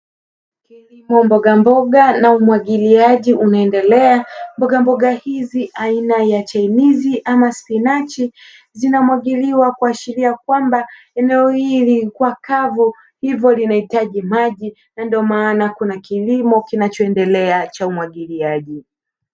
kilimo mboga mboga na umwagiliaji unaendelea, mbogamboga hizi aina ya chainizi ama spinachi zinamwagiliwa kuashiria kwamba, eneo hili lilikuwa kavu hivyo linahitaji maji na ndio maana kuna kilimo kinachoendelea cha umwagiliaji.